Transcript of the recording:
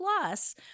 Plus